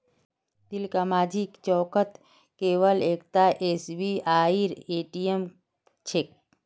तिलकमाझी चौकत केवल एकता एसबीआईर ए.टी.एम छेक